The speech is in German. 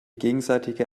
gegenseitige